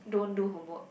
don't do homework